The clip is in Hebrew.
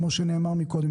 כמו שנאמר מקודם,